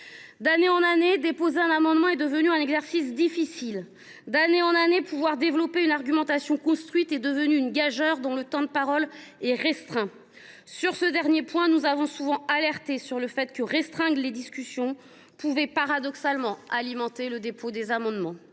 D’année en année, déposer un amendement est devenu un exercice difficile. D’année en année, développer une argumentation construite est devenu une gageure, tant le temps de parole est restreint. Sur ce dernier point, nous avons souvent alerté sur le fait que la restriction des discussions pouvait paradoxalement alimenter le dépôt d’amendements.